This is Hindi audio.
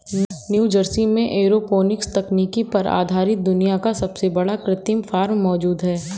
न्यूजर्सी में एरोपोनिक्स तकनीक पर आधारित दुनिया का सबसे बड़ा कृत्रिम फार्म मौजूद है